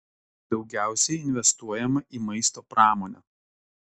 daugiausiai investuojama į maisto pramonę